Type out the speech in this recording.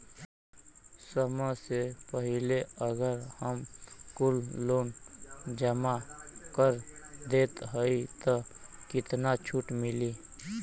समय से पहिले अगर हम कुल लोन जमा कर देत हई तब कितना छूट मिली?